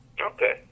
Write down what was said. Okay